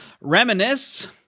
reminisce